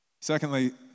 Secondly